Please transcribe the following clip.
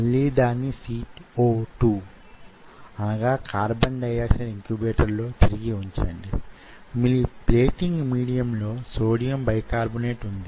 మరో మాటలో చెప్పాలంటే భావితరాల లో సెల్ కల్చర్ యొక్క దిశ దశల గురించిన చర్చ యీ ఉపన్యాసాలలో వున్నది